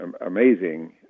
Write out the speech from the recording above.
amazing